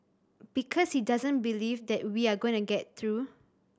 because he doesn't believe that we are going to get through